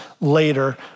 later